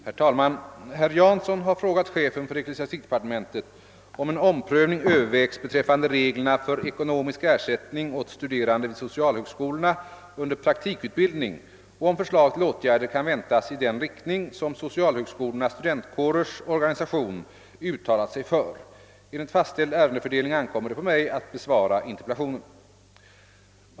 Herr talman! Herr Jansson har frågat chefen för = ecklesiastikdepartementet om en omprövning övervägs beträffande reglerna för ekonomisk ersättning åt studerande vid socialhögskolorna under praktikutbildning och om förslag till åtgärder kan väntas i den riktning som Socialhögskolornas studentkårers organisation uttalat sig för. Enligt fastställd ärendefördelning ankommer det på mig att besvara frågan.